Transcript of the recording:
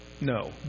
no